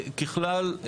ככלל,